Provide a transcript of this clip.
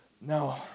no